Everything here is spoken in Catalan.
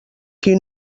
qui